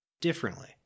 differently